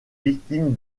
victime